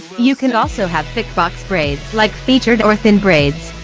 you can also have thick box braids like featured or thin braids.